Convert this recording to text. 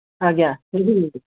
ଆଜ୍ଞା ପିନ୍ଧିବି